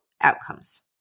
outcomes